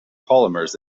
polymers